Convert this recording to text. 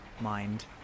mind